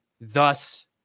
thus